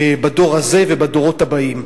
בדור הזה ובדורות הבאים.